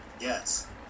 yes